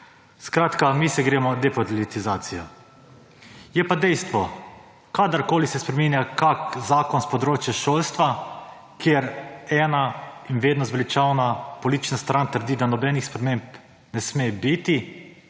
Skratka, mi se gremo depolitizacijo. Je pa dejstvo, kadarkoli se spreminja kakšen zakon s področja šolstva, kjer ena in vedno zveličavna politična stran trdi, da nobenih spremembe ne sme biti